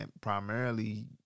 Primarily